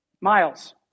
miles